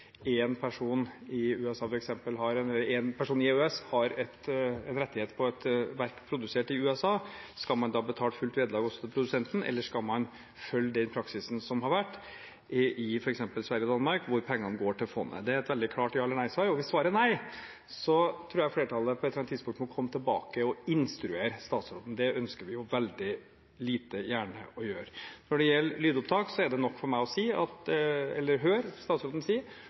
en person i EØS har rettighet på et verk produsert i USA. Skal man da betale fullt vederlag også til produsenten, eller skal man følge den praksisen som har vært i f.eks. Sverige og Danmark, hvor pengene går til fondet? Det er et veldig klart ja- eller nei-spørsmål, og hvis svaret er nei, tror jeg flertallet på et eller annet tidspunkt må komme tilbake og instruere statsråden. Det ønsker vi veldig lite gjerne å gjøre. Når det gjelder lydopptak, er det nok for meg å høre statsråden si